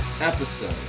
episode